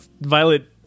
Violet